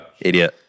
Idiot